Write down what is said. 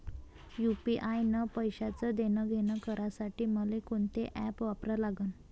UPI न पैशाचं देणंघेणं करासाठी मले कोनते ॲप वापरा लागन?